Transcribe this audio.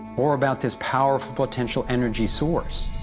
or about this powerful, potential energy source?